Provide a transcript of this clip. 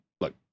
Look